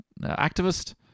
Activist